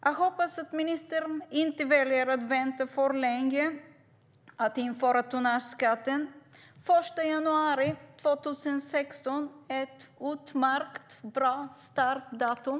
Jag hoppas att ministern inte väljer att vänta för länge med att införa tonnageskatten. Den 1 januari 2016 är ett utmärkt startdatum.